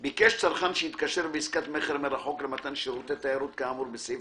ביקש צרכן שהתקשר בעסקת מכר מרחוק למתן שירותי תיירות כאמור בסעיף